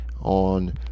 on